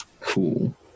cool